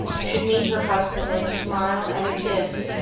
should meet her husband with a smile and a kiss,